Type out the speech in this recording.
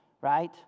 right